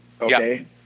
okay